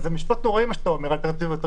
זה משפט נוראי מה שאתה אומר,